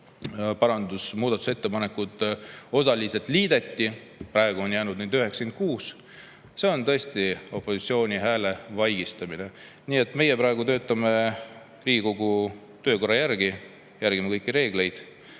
esitatud muudatusettepanekud osaliselt liideti. Praegu on jäänud neid 96. See on tõesti opositsiooni hääle vaigistamine. Nii et meie praegu töötame Riigikogu töökorra järgi, järgime kõiki reegleid.